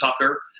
Tucker